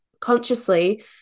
consciously